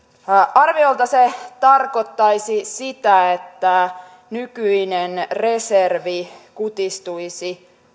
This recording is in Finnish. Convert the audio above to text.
arviolta se tarkoittaisi sitä että nykyinen reservi kutistuisi